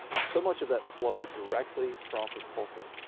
so much of that flowed directly from his pulpit.